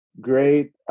great